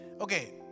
Okay